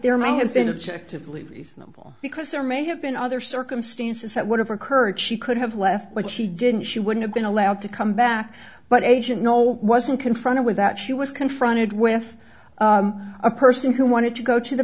there might have been objective levy's novel because there may have been other circumstances that would have occurred she could have left but she didn't she would have been allowed to come back but agent no wasn't confronted with that she was confronted with a person who wanted to go to the